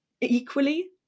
equally